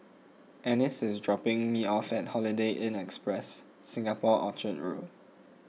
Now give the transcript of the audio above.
Anice is dropping me off at Holiday Inn Express Singapore Orchard Road